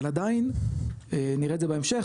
אבל עדיין נראה את זה בהמשך,